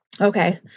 Okay